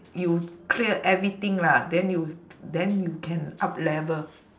you clear everything lah then you then you can up level